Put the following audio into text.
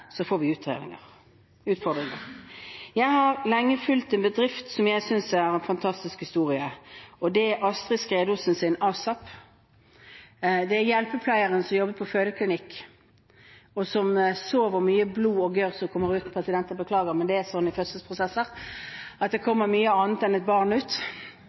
får vi utfordringer. Jeg har lenge fulgt en bedrift som jeg synes har en fantastisk historie. Det er Astrid Skreosens Asap. Det er hjelpepleieren som jobbet på fødeklinikk, som så hvor mye blod og gørr som kommer ut – president, jeg beklager, men det er sånn i fødselsprosesser at det kommer mye annet enn et barn ut